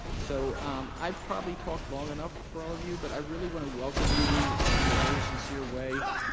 so i've probably talked long enough for all of you, but i really want to welcome you in a very sincere way.